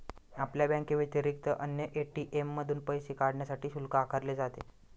आपल्या बँकेव्यतिरिक्त अन्य ए.टी.एम मधून पैसे काढण्यासाठी शुल्क आकारले जाते